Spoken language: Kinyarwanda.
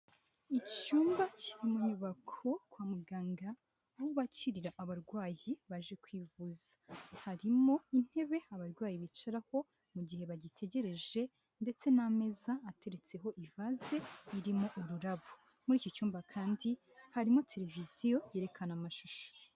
Icyumba kiri mu nyubako kwa muganga aho bakirira abarwayi baje kwivuza, harimo intebe abarwayi bicararaho mu gihe bagitegereje, ndetse n'ameza ateretseho ivase irimo ururabo. Muri iki cyumba kandi harimo televiziyo yerekana amashusho.